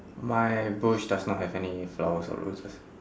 my bush does not have any flowers or roses